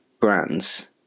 brands